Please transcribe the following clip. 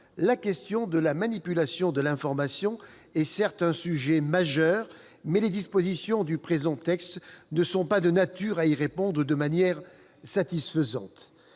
la question de la manipulation de l'information est, certes, un sujet majeur, mais les dispositions du présent texte ne sont pas de nature à y répondre de manière satisfaisante.